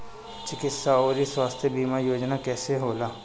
चिकित्सा आऊर स्वास्थ्य बीमा योजना कैसे होला?